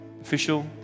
official